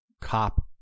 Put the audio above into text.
cop